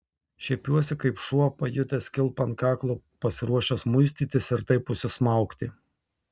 šiepiuosi kaip šuo pajutęs kilpą ant kaklo pasiruošęs muistytis ir taip užsismaugti